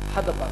אחד הבנקים,